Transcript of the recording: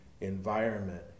environment